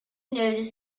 noticed